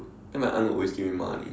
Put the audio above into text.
then my aunt will always give me money